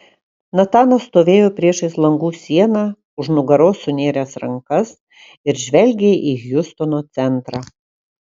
natanas stovėjo priešais langų sieną už nugaros sunėręs rankas ir žvelgė į hjustono centrą